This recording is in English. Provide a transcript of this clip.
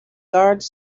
guards